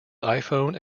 iphone